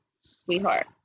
sweetheart